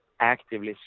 actively